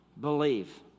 believe